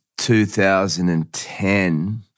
2010